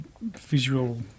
visual